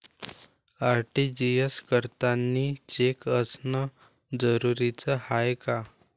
RTGS करतांनी cheque असनं जरुरीच हाय का?